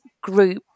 group